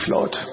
Lord